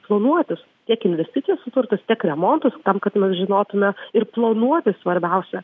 planuotis tiek investicijas į turtus tiek remontus tam kad žinotume ir planuoti svarbiausia